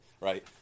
right